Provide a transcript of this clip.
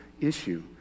issue